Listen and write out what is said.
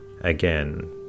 Again